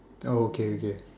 oh okay okay